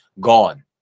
gone